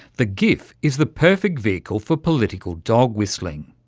the gif is the perfect vehicle for political dog-whistling.